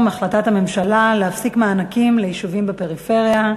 החלטת הממשלה להפסיק את מתן המענקים ליישובים בפריפריה,